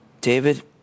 David